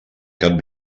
cap